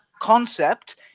concept